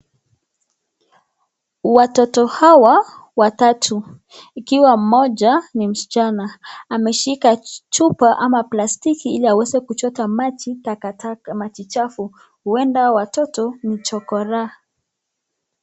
watoto hawa watatu, ikiwa moja ni msichana, ameshika chupa ama plastiki ili aweze kuchota maji chafu, uenda watoto ni chokoraa